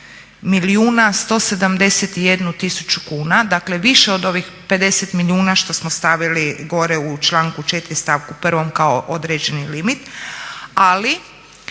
171 tisuću kuna, dakle više od ovih 50 milijuna što smo stavili gore u članku 4. stavku 1. kao određeni limit. Ali